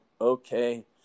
Okay